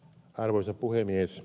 arvoisa puhemies